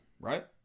right